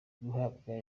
guhabwa